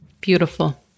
Beautiful